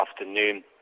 afternoon